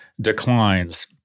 declines